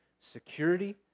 security